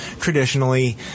traditionally